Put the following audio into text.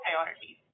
priorities